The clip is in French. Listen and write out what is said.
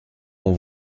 ont